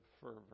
fervor